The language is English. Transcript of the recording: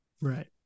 Right